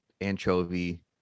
anchovy